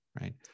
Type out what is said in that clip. right